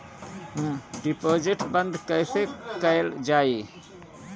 Deposit बंद कैसे कैल जाइ?